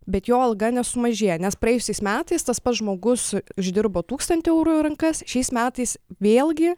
bet jo alga nesumažėja nes praėjusiais metais tas pats žmogus uždirbo tūkstantį eurų į rankas šiais metais vėlgi